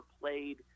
played